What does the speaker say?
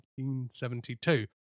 1972